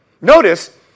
Notice